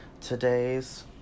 Today's